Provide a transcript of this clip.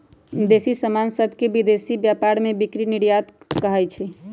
देसी समान सभके विदेशी व्यापार में बिक्री निर्यात कहाइ छै